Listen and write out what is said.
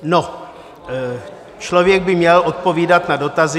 No, člověk by měl odpovídat na dotazy.